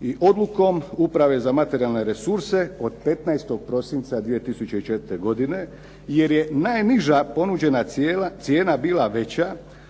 i Odlukom uprave za materijalne resurse od 15. prosinca 2004. godine jer je najniža ponuđena cijena bila veća